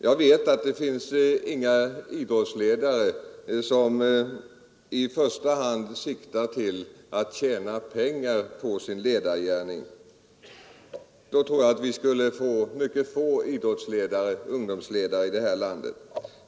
Jag vet att inga idrottsledare i första hand siktar till att tjäna pengar på sin ledargärning — i så fall skulle vi nog ha mycket få idrottsledare inom ungdomsorganisationerna här i landet.